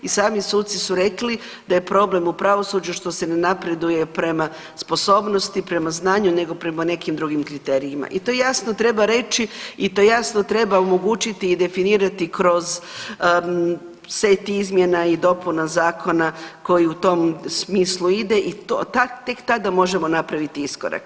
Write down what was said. I sami suci su rekli da je problem u pravosuđu što se ne napreduje prema sposobnosti, prema znanju, nego prema nekim drugim kriterijima i to jasno treba reći i to jasno treba omogućiti i definirati kroz set izmjena i dopuna zakona koji u tom smislu ide i tek tada možemo napraviti iskorak.